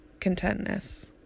contentness